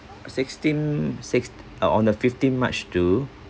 sixteen six oh on the fifteen march to